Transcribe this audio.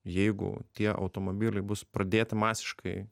jeigu tie automobiliai bus pradėti masiškai